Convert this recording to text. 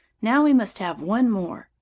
now we must have one more.